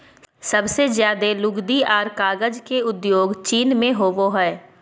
सबसे ज्यादे लुगदी आर कागज के उद्योग चीन मे होवो हय